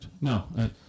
No